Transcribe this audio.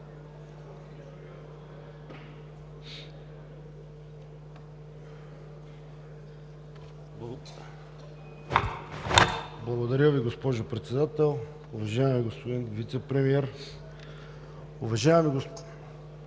Благодаря Ви, госпожо Председател. Уважаеми господин Вицепремиер, уважаеми господа